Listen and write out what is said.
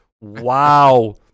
wow